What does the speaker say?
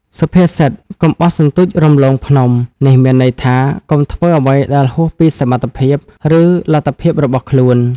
សុភាសិត កុំបោះសន្ទូចរំលងភ្នំ នេះមានន័យថា កុំធ្វើអ្វីដែលហួសពីសមត្ថភាព ឬលទ្ធភាពរបស់ខ្លួន។